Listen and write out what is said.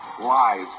live